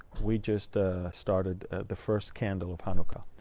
we just started the first candle of hanukkah.